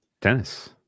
tennis